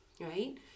right